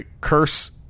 curse